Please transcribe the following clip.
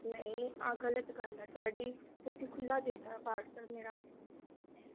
ਨਹੀਂ ਆ ਗਲਤ ਗੱਲ ਹੈ ਤੁਹਾਡੀ ਤੁਸੀਂ ਖੁੱਲ੍ਹਾ ਦੇ ਤਾ ਪਾਰਸਲ ਮੇਰਾ